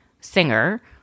Singer